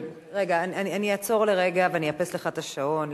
רגע, אני אעצור לרגע ואני אאפס לך את השעון.